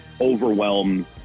overwhelm